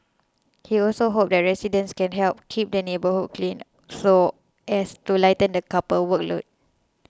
he also hopes that residents can help keep the neighbourhood clean so as to lighten the couple workload